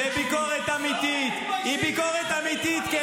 תשאירו את המדינה לאנשים רציניים.